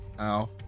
Ow